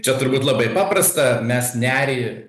čia turbūt labai paprasta mes nerį